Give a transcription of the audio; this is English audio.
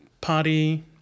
party